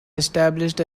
established